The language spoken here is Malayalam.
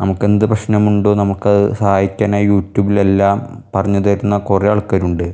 നമുക്ക് എന്ത് പ്രശ്നമുണ്ടോ നമുക്ക് അത് സഹായിക്കാനായി യുട്യൂബിൽ എല്ലാം പറഞ്ഞ് തരുന്ന കുറേ ആൾക്കാരുണ്ട്